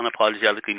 unapologetically